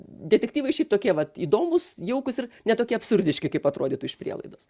detektyvai šiaip tokie vat įdomūs jaukūs ir ne tokie absurdiški kaip atrodytų iš prielaidos